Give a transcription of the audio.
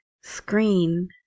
screen